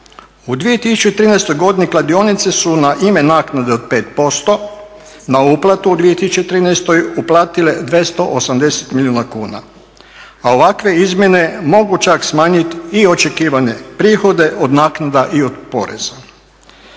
U 2013. godini kladionice su na ime naknade od 5% na uplatu u 2013. uplatile 280 milijuna kuna, a ovakve izmjene mogu čak smanjiti i očekivane prihode od naknada i od poreza.